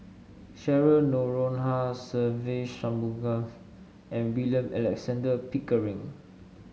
Cheryl Noronha Se Ve Shanmugam and William Alexander Pickering